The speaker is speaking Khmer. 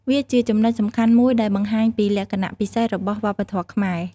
វាជាចំណុចសំខាន់មួយដែលបង្ហាញពីលក្ខណៈពិសេសរបស់វប្បធម៌ខ្មែរ។